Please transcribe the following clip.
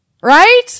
Right